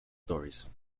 stories